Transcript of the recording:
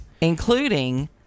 including